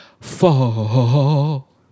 fall